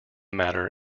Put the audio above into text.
matter